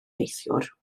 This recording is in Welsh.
neithiwr